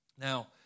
Now